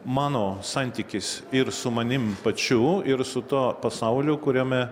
mano santykis ir su manimi pačiu ir su to pasaulio kuriame